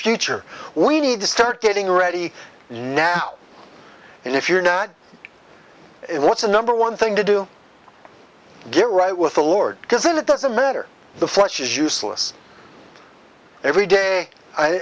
future we need to start getting ready you now and if you're not what's the number one thing to do get right with the lord because it doesn't matter the flesh is useless every day i